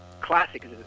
classic